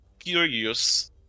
curious